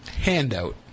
handout